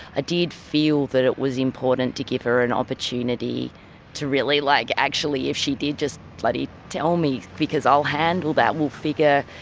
ah did feel that it was important to give her an opportunity to really, like actually actually if she did, just bloody tell me because i'll handle that, we'll figure.